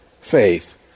Faith